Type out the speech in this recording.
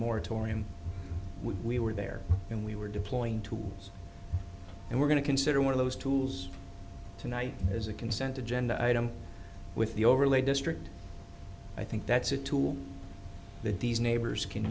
moratorium we were there and we were deploying tools and we're going to consider one of those tools tonight as a consent agenda item with the overlay district i think that's a tool that these neighbors can